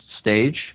stage